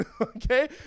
okay